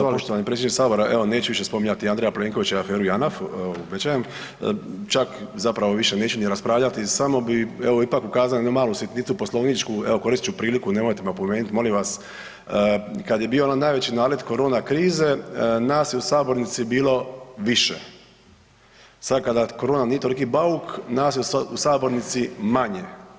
Evo poštovani predsjedniče Sabora neću više spominjati Andreja Plenkovića i aferu Janaf, čak zapravo neću više ni raspravljati, samo bi evo ipak ukazao na jednu malu sitnicu poslovničku, evo koristit ću priliku nemojte me opomenuti molim vas, kada je bio onaj najveći nalet korona krize, nas je u sabornici bili više, sada kada korona nije toliki bauk nas je u sabornici manje.